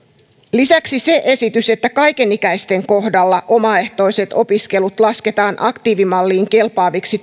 lisäksi se esitys että kaikenikäisten kohdalla omaehtoiset opiskelut lasketaan aktiivimalliin kelpaaviksi